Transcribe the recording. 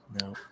No